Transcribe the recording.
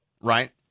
Right